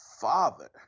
father